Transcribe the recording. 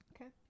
Okay